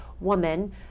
woman